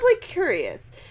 curious